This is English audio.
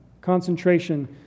Concentration